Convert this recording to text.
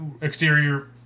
exterior